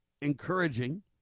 encouraging